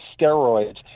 steroids